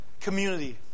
community